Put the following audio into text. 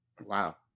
Wow